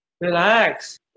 relax